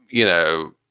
you know,